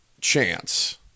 chance